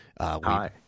Hi